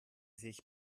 sich